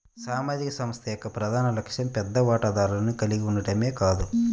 సామాజిక సంస్థ యొక్క ప్రధాన లక్ష్యం పెద్ద వాటాదారులను కలిగి ఉండటమే కాదు